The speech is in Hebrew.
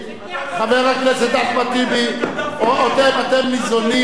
הוא לא היה טרוריסט,